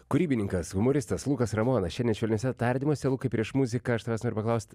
kūrybininkas humoristas lukas ramonas šiandien švelniuose tardymuose lukai prieš muziką aš tavęs noriu paklaust